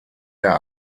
der